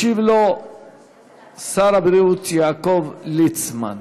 ישיב לו שר הבריאות יעקב ליצמן.